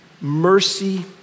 Mercy